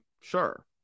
sure